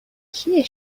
کیه